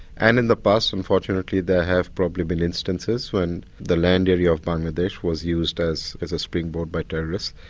and in the past, unfortunately, there have probably been instances when the land area of bangladesh was used as as a springboard by terrorists.